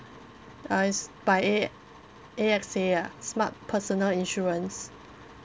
uh it's by A A_X_A ah smart personal insurance